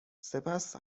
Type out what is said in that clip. سپس